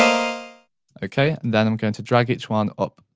okay then i'm going to drag each one up.